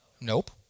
Nope